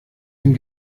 dem